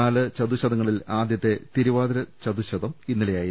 നാല് ചതുശ്ശത ങ്ങളിൽ ആദ്യത്തെ തിരുവാതിര ചതുശ്ശതം ഇന്നലെ യായിരുന്നു